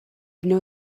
know